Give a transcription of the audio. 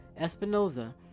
Espinoza